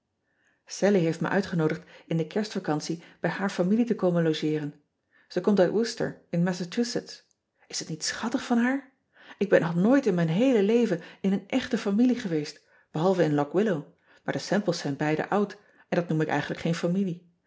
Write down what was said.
allie heeft me uitgenoodigd in de erstvacantie bij haar familie te komen logeeren e komt uit orcester in assachusetts s het niet schattig van haar k ben nog nooit in mijn heele leven in een echte familie geweest behalve in ock illow maar de emples zijn beiden oud en dat noem ik eigenlijk geen familie